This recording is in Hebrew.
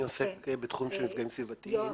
אני עוסק בתחום של מפגעים סביבתיים -- יואב,